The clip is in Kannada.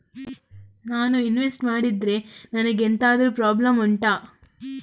ನಾನು ಇನ್ವೆಸ್ಟ್ ಮಾಡಿದ್ರೆ ನನಗೆ ಎಂತಾದ್ರು ಪ್ರಾಬ್ಲಮ್ ಉಂಟಾ